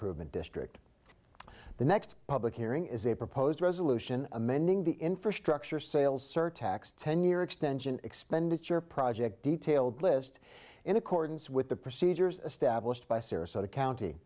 provement district the next public hearing is a proposed resolution amending the infrastructure sales surtax ten year extension expenditure project detailed list in accordance with the procedures established by sarasota county